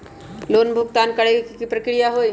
Loan भुगतान करे के की की प्रक्रिया होई?